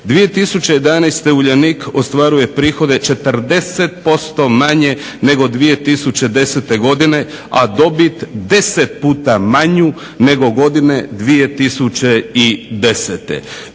2011. Uljanik ostvaruje prihode 40% manje nego 2010.godine, a dobit 10 puta manju nego godine 2010.